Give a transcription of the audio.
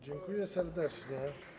Dziękuję serdecznie.